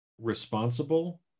responsible